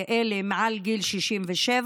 לאלה שמעל גיל 67,